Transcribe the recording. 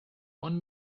one